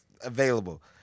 available